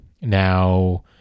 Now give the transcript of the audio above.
Now